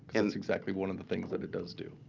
and exactly one of the things that it does do.